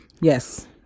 Yes